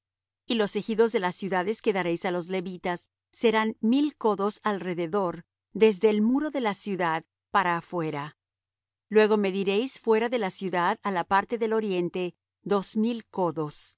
y los ejidos de las ciudades que daréis á los levitas serán mil codos alrededor desde el muro de la ciudad para afuera luego mediréis fuera de la ciudad á la parte del oriente dos mil codos